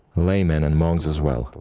laity, and and monks as well.